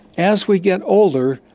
as we get older,